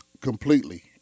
completely